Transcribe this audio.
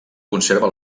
conserva